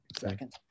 Second